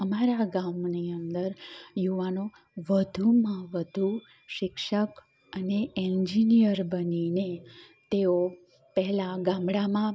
અમારા ગામની અંદર યુવાનો વધુમાં વધુ શિક્ષક અને એન્જીનિયર બનીને તેઓ પહેલા ગામળામાં